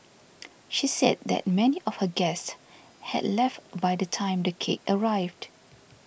she said that many of her guests had left by the time the cake arrived